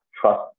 trust